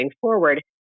forward